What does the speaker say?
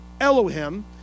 Elohim